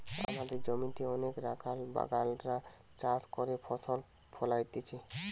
আমদের জমিতে অনেক রাখাল বাগাল রা চাষ করে ফসল ফোলাইতেছে